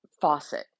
faucet